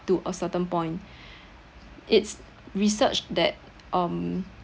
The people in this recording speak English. to a certain point it's research that um